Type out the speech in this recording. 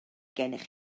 gennych